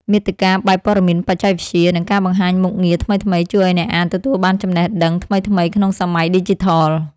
មាតិកាបែបព័ត៌មានបច្ចេកវិទ្យា និងការបង្ហាញមុខងារថ្មីៗ ជួយឱ្យអ្នកអានទទួលបានចំណេះដឹងថ្មីៗក្នុងសម័យឌីជីថល។